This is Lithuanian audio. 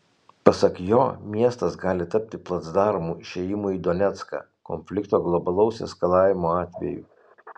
pasak jo miestas gali tapti placdarmu išėjimui į donecką konflikto globalaus eskalavimo atveju